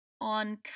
on